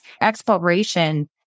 exploration